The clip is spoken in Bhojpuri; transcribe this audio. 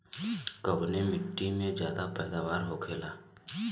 कवने मिट्टी में ज्यादा पैदावार होखेला?